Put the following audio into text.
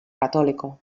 católico